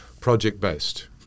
project-based